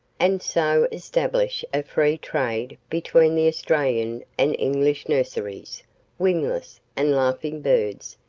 and so establish a free trade between the australian and english nurseries wingless, and laughing birds,